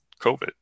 COVID